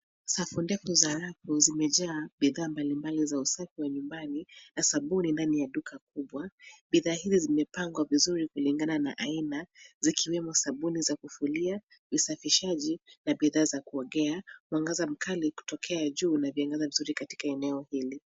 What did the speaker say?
Safu ndefu za rafu zimejaa bidhaa mbalimbali za usafi wa nyumbani, na sabuni ndani ya duka kubwa. Bidhaa hizi zimepangwa vizuri kulingana na aina, zikiwemo sabuni za kufulia, usafishaji na bidhaa za kuogea. Mwangaza mkali kutokea juu unavyangaza vizuri katika eneo hili.